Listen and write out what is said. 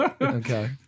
Okay